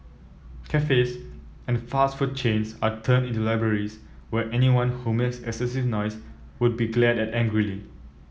cafes and fast food chains are turned into libraries where anyone who makes excessive noise would be glared at angrily